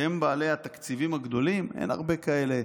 שהם בעלי התקציבים הגדולים, אין הרבה כאלה.